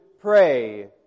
pray